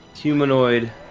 Humanoid